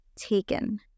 taken